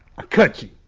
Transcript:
ah cut you.